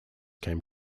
came